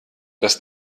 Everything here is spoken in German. das